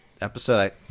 episode